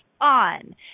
on